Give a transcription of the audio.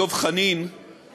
הצעת חוק הסדרים במשק המדינה (תיקוני חקיקה) (תיקון מס' 15),